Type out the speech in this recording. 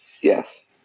Yes